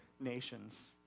nations